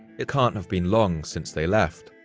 it can't have been long since they left.